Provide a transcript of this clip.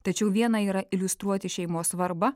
tačiau viena yra iliustruoti šeimos svarbą